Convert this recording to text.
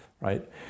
right